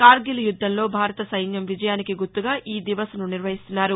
కార్గిల్ యుద్దంలో భారత సైన్యం విజయానికి గుర్తుగా ఈదివస్ను నిర్వహిస్తున్నారు